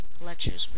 lectures